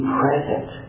present